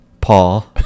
Paul